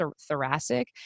thoracic